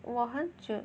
我很久